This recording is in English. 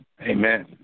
Amen